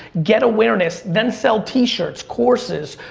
get awareness, then sell t-shirts, courses,